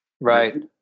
Right